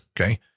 Okay